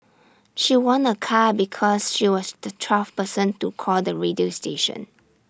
she won A car because she was the twelfth person to call the radio station